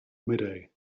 midday